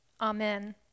Amen